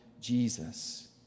Jesus